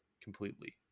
completely